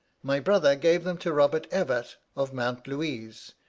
my brother gave them to robert evatt, of mount louise,